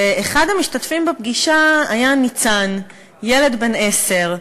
ואחד המשתתפים בפגישה היה ניצן, ילד בן עשר,